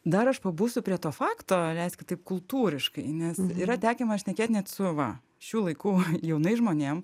dar aš pabūsiu prie to fakto leiskit taip kultūriškai nes yra tekę man šnekėt net su va šių laikų jaunais žmonėm